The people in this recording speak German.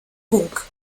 ruck